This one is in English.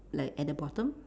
like at the bottom